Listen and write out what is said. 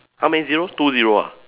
how many zero two zero ah